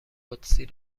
قدسی